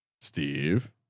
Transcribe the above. Steve